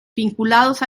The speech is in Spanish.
vinculados